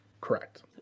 Correct